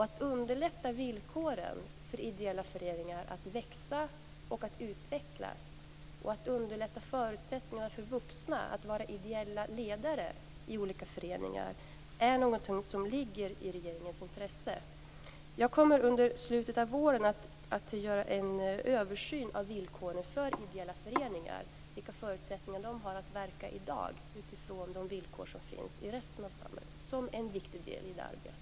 Att underlätta villkoren för ideella föreningar att växa och utvecklas och att underlätta förutsättningarna för vuxna att vara ideella ledare i olika föreningar är någonting som ligger i regeringens intresse. Som en viktig del i det arbetet kommer jag under slutet av våren att göra en översyn för att se vilka förutsättningar de ideella föreningarna har att verka i dag utifrån de villkor som finns i resten av samhället.